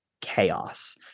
chaos